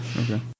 Okay